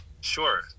Sure